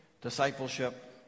discipleship